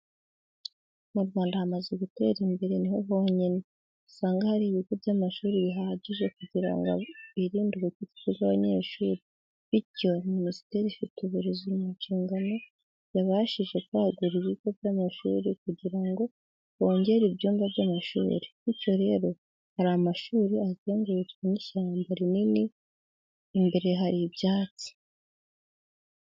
Mu Rwanda hamaze gutera imbere ni ho honyine, usanga hari ibigo by'amashuri bihagije kugira ngo birinde ubucucike bw'abanyeshuri, bityo Minisiteri ifite uburezi mu nshingano yabashije kwagura ibigo by'amashuri kugirra ngo bongere ibyumba by'amashuri, bityo rero hari amashuri azengurutswe n'ishyamba rinini, imbere hari ibyatsi.